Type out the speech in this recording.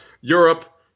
Europe